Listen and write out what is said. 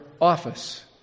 office